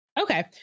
Okay